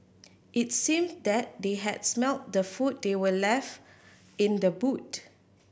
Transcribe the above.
it seemed that they had smelt the food they were left in the boot